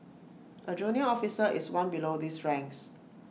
A junior officer is one below these ranks